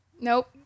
Nope